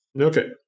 Okay